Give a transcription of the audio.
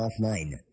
offline